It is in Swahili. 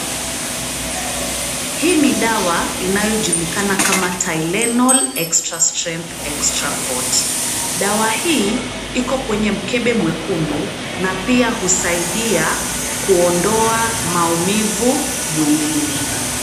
Hii ni dawa, inayojulikana kama Tylenol extra strength extra fort . Dawa hii iko kwenye mkebe mwekundu na pia husaidia kuondoa maumivu mwilini.